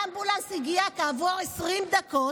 האמבולנס הגיע כעבור 20 דקות.